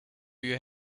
you